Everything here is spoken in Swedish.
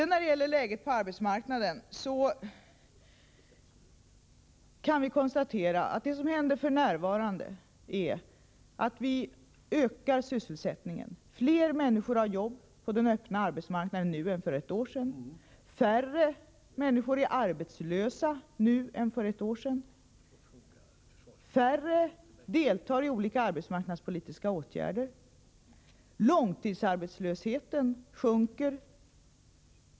När det gäller läget på arbetsmarknaden kan vi konstatera att sysselsättningen ökar. Fler människor har jobb på den öppna arbetsmarknaden nu än för ett år sedan. Färre är arbetslösa nu än för ett år sedan. Färre är föremål för arbetsmarknadspolitiska åtgärder. Långtidsarbetslösheten sjunker.